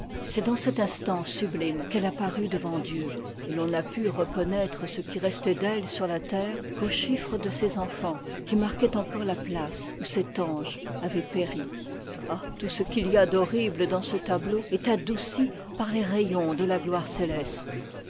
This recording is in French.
c'est dans cet instant sublime qu'elle a paru devant dieu et l'on n'a pu reconnaître ce qui restait d'elle sur la terre qu'au chiffre de ses enfants qui marquait encore la place où cet ange avait péri ah tout ce qu'il y a d'horrible dans ce tableau est adouci par les rayons de la gloire céleste